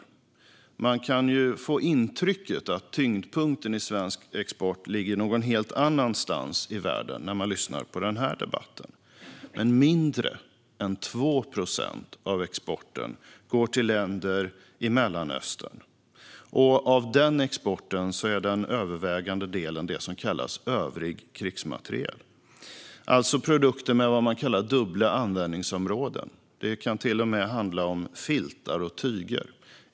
När man lyssnar på denna debatt kan man få intrycket att tyngdpunkten i svensk export ligger någon helt annanstans i världen, men mindre än 2 procent av exporten går till länder i Mellanöstern. Av denna export är den övervägande delen det som kallas övrig krigsmateriel, alltså produkter med vad man kallar dubbla användningsområden. Det kan till och med handla om filtar och tyger.